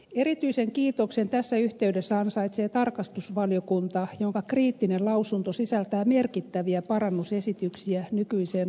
erityisen kiitoksen tässä yhteydessä ansaitsee tarkastusvaliokunta jonka kriittinen lausunto sisältää merkittäviä parannusesityksiä nykyiseen lausuma ja kertomusmenettelyyn